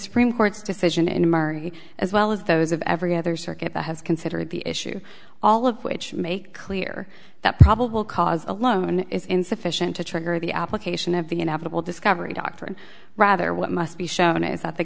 supreme court's decision in murray as well as those of every other circuit that has considered the issue all of which make clear that probable cause alone is insufficient to trigger the application of the inevitable discovery doctrine rather what must be shown is that the